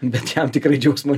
bet jam tikrai džiaugsmo